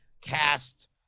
cast